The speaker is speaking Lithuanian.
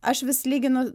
aš vis lyginu